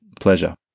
pleasure